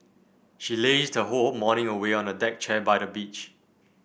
she lazed her whole morning away on a deck chair by the beach